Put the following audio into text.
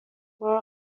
بار